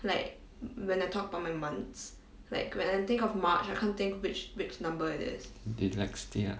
dyslexia